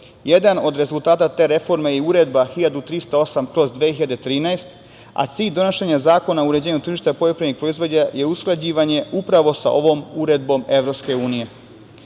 Jedan od rezultata te reforme je Uredba 1.308/2013, a cilj donošenja Zakona o uređenju tržišta poljoprivrednih proizvoda je usklađivanje upravo sa ovom Uredbom